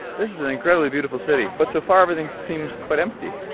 this is an incredibly beautiful city. but so far everything seems quite empty.